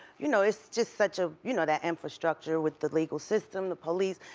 you know it's just such a, you know that infrastructure with the legal system, the police.